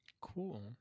Cool